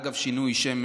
אגב שינוי שם,